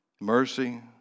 mercy